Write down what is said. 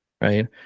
Right